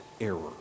error